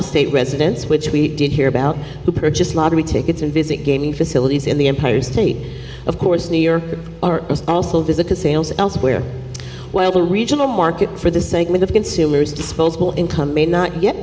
of state residents which we did hear about who purchased lottery tickets and visit gaming facilities in the empire state of course new york are also visit to sales elsewhere while the regional market for the segment of consumers disposable income may not yet